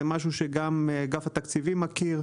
זה משהו שגם אגף התקציבים מכיר,